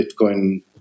Bitcoin